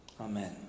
Amen